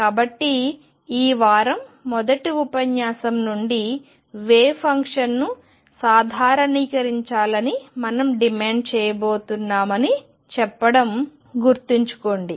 కాబట్టి ఈ వారం మొదటి ఉపన్యాసం నుండి వేవ్ ఫంక్షన్ను సాధారణీకరించాలని మనం డిమాండ్ చేయబోతున్నామని చెప్పడం గుర్తుంచుకోండి